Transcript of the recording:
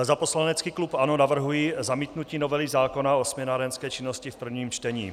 Za poslanecký klub ANO navrhuji zamítnutí novely zákona o směnárenské činnosti v prvním čtení.